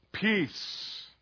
Peace